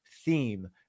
theme